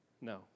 No